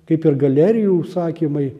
kaip ir galerijų užsakymai